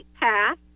path